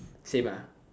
same ah